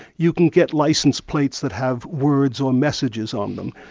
you can get licence points that have words or messages on them,